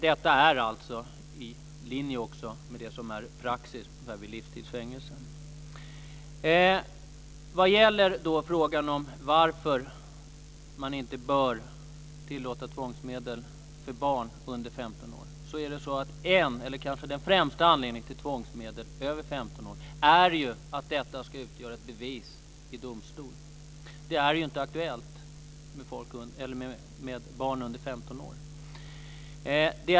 Detta är också i linje med praxis vid livstids fängelse. Vad gäller frågan om varför man inte bör tillåta tvångsmedel för barn under 15 år så är en anledning - kanske den främsta - till tvångsmedel över 15 år att det ska utgöra ett bevis i domstol. Det är inte aktuellt för barn under 15 år.